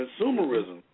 consumerism